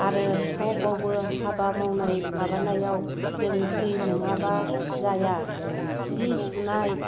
आरो सबावबो हाबा मावनाय माबानायाव जों दै नोङाब्ला जाया जि सुनाय